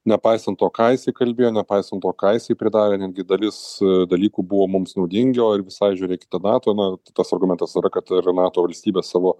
nepaisant to ką jisai įkalbėjo nepaisant to ką jisai pridarė netgi dalis dalykų buvo mums naudingi o ir visai žiūrėkite nato na tas argumentas yra kad ir nato valstybės savo